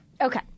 Okay